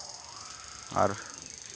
ᱟᱨ